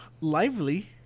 lively